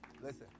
Listen